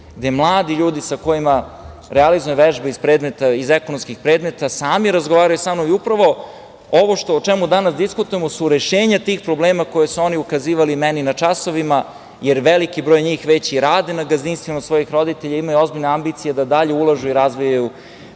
gde mladi ljudi sa kojima realizujem vežbe iz ekonomskih predmeta sami razgovaraju sa mnom i upravo ovo o čemu danas diskutujemo su rešenja tih problema na koje su oni ukazivali meni na časovima, jer veliki broj njih već i radi na gazdinstvima svojih roditelja i imaju ozbiljne ambicije da dalje ulažu i razvijaju